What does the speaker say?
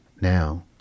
Now